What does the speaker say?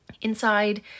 Inside